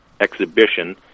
Exhibition